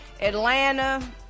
Atlanta